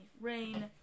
rain